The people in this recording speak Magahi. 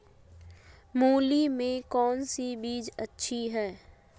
मूली में कौन सी बीज अच्छी है?